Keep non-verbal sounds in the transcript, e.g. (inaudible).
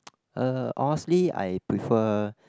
(noise) uh honestly I prefer